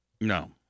No